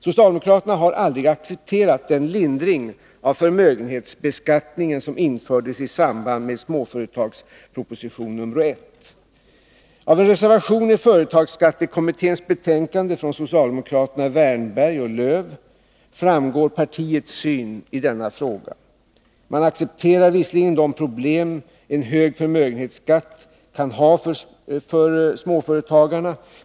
Socialdemokraterna har aldrig accepterat den lindring av förmö = 11 juni 1982 genhetsbeskattningen som infördes i samband med småföretagsproposition nr 1. Åtgärder för de Av en reservation till företagsskattekommitténs betänkande från social — små och medelstodemokraterna Wernberg och Lööf framgår partiets syn i denna fråga. Man ra företagen accepterar visserligen de problem en hög förmögenhetsskatt kan ha för småföretagarna.